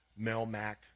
Melmac